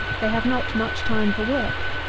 they have not much time for work.